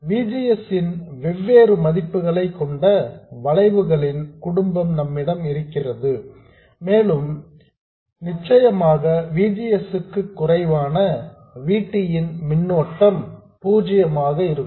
V G S ன் வெவ்வேறு மதிப்புகளைக் கொண்ட வளைவுகளின் குடும்பம் நம்மிடம் இருந்தது மேலும் நிச்சயமாக V G S க்கு குறைவான V T ன் மின்னோட்டம் பூஜ்யமாக இருக்கும்